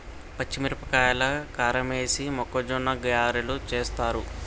పచ్చిమిరపకాయల కారమేసి మొక్కజొన్న గ్యారలు చేస్తారు